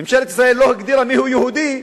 ממשלת ישראל לא הגדירה מיהו יהודי,